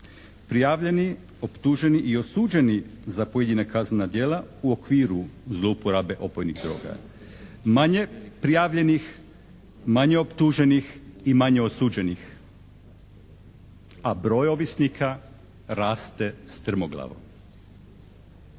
prijavljeni, optuženi i osuđeni za pojedina kaznena djela u okviru zlouporabe opojnih droga. Manje prijavljenih, manje optuženih i manje osuđenih, a broj ovisnika raste strmoglavo.